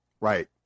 right